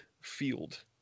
field